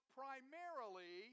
primarily